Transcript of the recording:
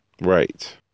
Right